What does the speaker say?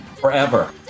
Forever